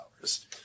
hours